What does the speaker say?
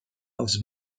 els